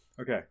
okay